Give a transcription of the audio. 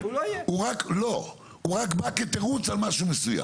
הוא רק בא כתירוץ על משהו מסוים.